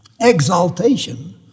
Exaltation